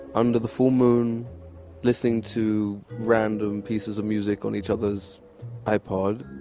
under the full moon listening to random pieces of music on each other's ipod.